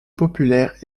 populaire